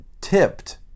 tipped